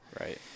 right